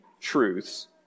truths